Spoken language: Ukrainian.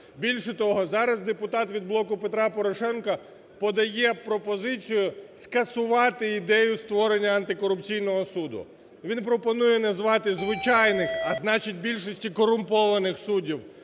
Більше того, зараз депутат від "Блоку Петра Порошенка" подає пропозицію скасувати ідею створення Антикорупційного суду. Він пропонує назвати звичайних, а значить більшість корумпованих суддів